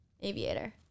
aviator